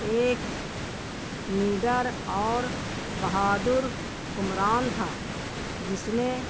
ایک نڈر اور بہادر حکمران تھا جس نے